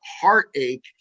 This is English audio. heartache